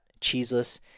cheeseless